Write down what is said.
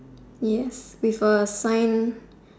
yes with a sign